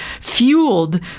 fueled